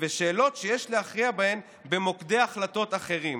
ושאלות שיש להכריע בהן במוקדי החלטות אחרים,